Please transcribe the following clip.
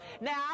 Now